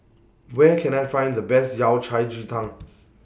Where Can I Find The Best Yao Cai Ji Tang